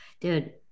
dude